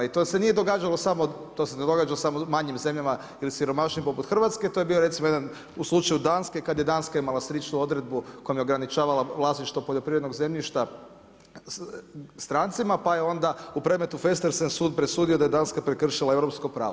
I to se nije događalo samo, to se ne događa samo u manjim zemljama, ili siromašnim poput Hrvatske, to je bio recimo jedan, u slučaju Danske, kada je Danska imala sličnu odredbu kojom je ograničavala vlasništvo poljoprivrednog zemljišta strancima, pa je onda u predmetu … sud presudio da je Danska prekršila europsko pravo.